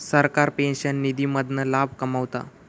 सरकार पेंशन निधी मधना लाभ कमवता